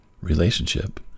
relationship